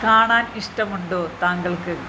കാണാൻ ഇഷ്ടമുണ്ടോ താങ്കൾക്ക്